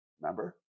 Remember